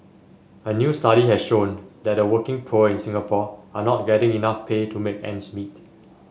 a new study has shown that the working poor in Singapore are not getting enough pay to make ends meet